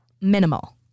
minimal